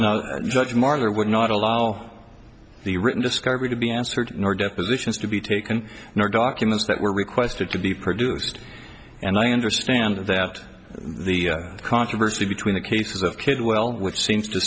now judge marner would not allow the written discovery to be answered nor depositions to be taken or documents that were requested to be produced and i understand that the controversy between the cases of kidwell which seems to